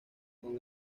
con